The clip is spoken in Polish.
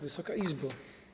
Wysoka Izbo!